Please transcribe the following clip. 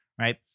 right